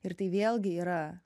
ir tai vėlgi yra